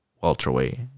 welterweight